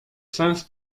sens